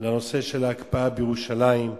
לנושא של הקפאה בירושלים,